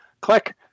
click